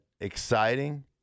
exciting